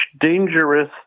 dangerous